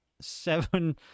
seven